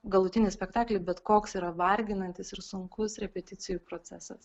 galutinį spektaklį bet koks yra varginantis ir sunkus repeticijų procesas